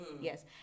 Yes